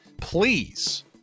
please